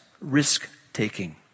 risk-taking